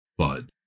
FUD